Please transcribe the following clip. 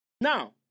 Now